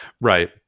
Right